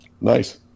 nice